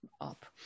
up